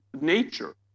nature